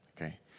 Okay